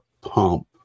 pump